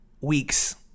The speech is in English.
weeks